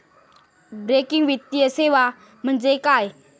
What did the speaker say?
Banking वित्तीय सेवा म्हणजे काय?